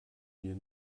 mir